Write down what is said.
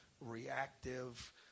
reactive